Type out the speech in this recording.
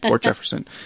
jefferson